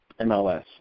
MLS